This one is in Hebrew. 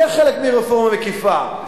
זה חלק מרפורמה מקיפה.